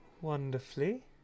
Wonderfully